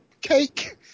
cake